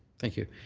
thank you.